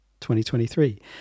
2023